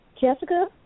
Jessica